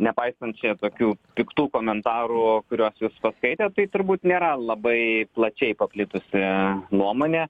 nepaisant čia tokių piktų komentarų kuriuos jūs paskaitėt tai turbūt nėra labai plačiai paplitusi nuomonė